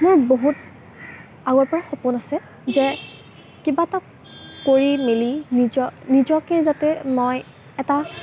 মোৰ বহুত আগৰ পৰাই সপোন আছে যে কিবা এটা কৰি মেলি নিজক নিজকে যাতে মই এটা